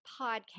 podcast